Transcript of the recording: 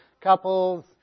couples